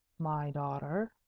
my daughter?